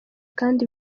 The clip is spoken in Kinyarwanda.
kandi